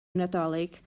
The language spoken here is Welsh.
nadolig